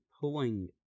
pulling